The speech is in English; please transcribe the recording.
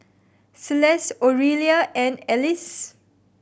Celeste Orelia and Elyse